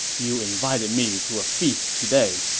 you invited me to a feast today,